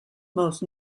most